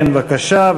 כן, בבקשה.